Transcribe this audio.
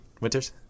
winters